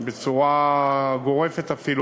בצורה גורפת אפילו,